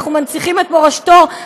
אנחנו מנציחים את מורשתו,